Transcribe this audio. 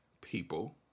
people